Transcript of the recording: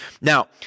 Now